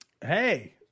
hey